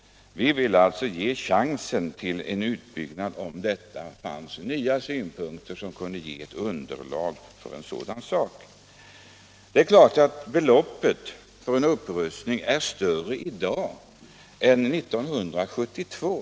Vi ville alltså göra det möjligt med en utbyggnad — om det fanns nya synpunkter som kunde ge motiv för en sådan. Det är klart att kostnaden för en upprustning är större i dag än 1972.